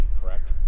correct